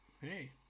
hey